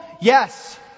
Yes